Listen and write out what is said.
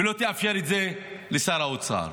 ולא תאפשר את זה לשר האוצר.